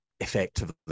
effectively